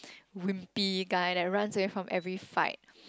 wimpy guy that runs away from every fight